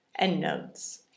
Endnotes